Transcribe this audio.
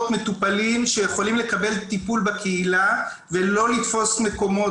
מטופלים שיכולים לקבל טיפול בקהילה ולא לתפוס מקומות